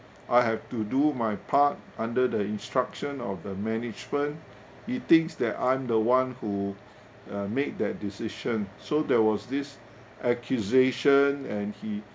I have to do my part under the instruction of the management he thinks that I'm the one who uh made that decision so there was this accusation and he